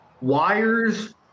wires